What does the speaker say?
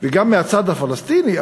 וגם מהצד הפלסטיני,